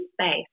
space